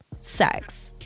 sex